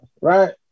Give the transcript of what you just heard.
right